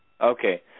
Okay